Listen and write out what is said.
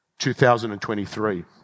2023